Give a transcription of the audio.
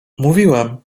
mówiłem